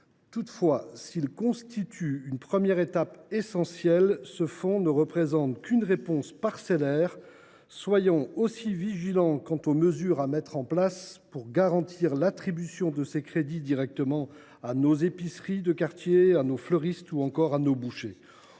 Toutefois, s’il constitue une première étape essentielle, ce fonds ne représente qu’une réponse parcellaire. Soyons aussi vigilants quant aux mesures à mettre en place pour garantir l’attribution de ces crédits directement à nos épiceries de quartier, à nos fleuristes ou encore à nos bouchers.